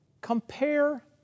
compare